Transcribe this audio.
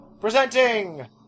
presenting